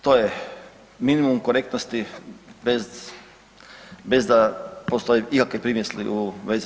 To je minimum korektnosti bez da postoje ikakve primisli u bez